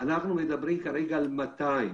אנחנו כרגע מדברים על 200,